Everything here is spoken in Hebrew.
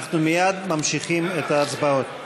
אנחנו מייד ממשיכים בהצבעות.